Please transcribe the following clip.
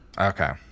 Okay